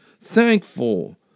Thankful